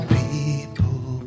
people